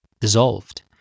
dissolved